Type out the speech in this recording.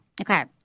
Okay